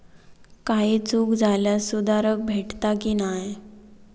काही चूक झाल्यास सुधारक भेटता की नाय?